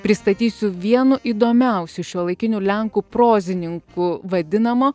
pristatysiu vienu įdomiausių šiuolaikinių lenkų prozininku vadinamo